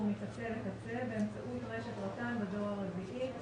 מקצה לקצה באמצעות רשת רט"ן דור רביעי.